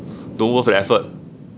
don't worth the effort